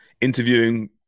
interviewing